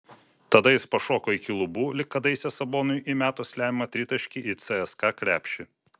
tada jis pašoko iki lubų lyg kadaise saboniui įmetus lemiamą tritaškį į cska krepšį